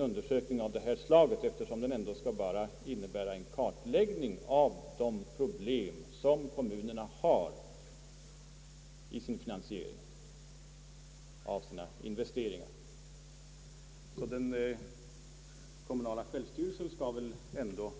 Undersökningen skulle ju bara innebära en kartläggning av kommunernas problem med finan sieringen av sina investeringar, och den kommunala självstyrelsen skulle inte på